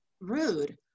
rude